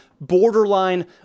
borderline